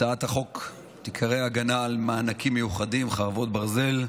הצעת החוק נקראת הגנה על מענקים מיוחדים (חרבות ברזל),